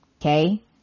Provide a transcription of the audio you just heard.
okay